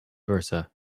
versa